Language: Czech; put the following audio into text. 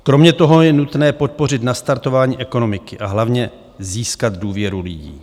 Kromě toho je nutné podpořit nastartování ekonomiky a hlavně získat důvěru lidí.